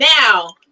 Now